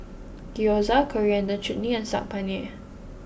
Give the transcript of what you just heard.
Gyoza Coriander Chutney and Saag Paneer